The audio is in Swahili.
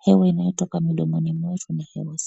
hewa inayotoka midomoni mwetu ni hewa safi.